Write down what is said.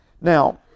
Now